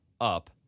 up